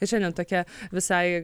ir šiandien tokia visai